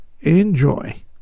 Enjoy